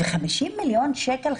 50 מיליון שקלים,